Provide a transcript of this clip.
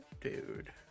dude